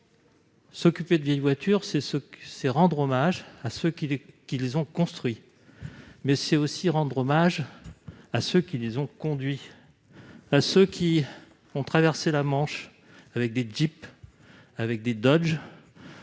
Longuet l'a dit, c'est rendre hommage à ceux qui les ont construites ; c'est aussi rendre hommage à ceux qui les ont conduites, à ceux qui ont traversé la Manche avec leurs Jeeps ou leurs Dodge